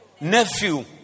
nephew